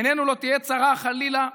עיננו לא תהיה צרה, חלילה,